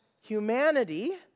humanity